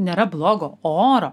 nėra blogo oro